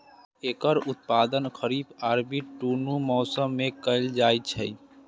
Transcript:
एकर उत्पादन खरीफ आ रबी, दुनू मौसम मे कैल जाइ छै